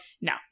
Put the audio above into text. no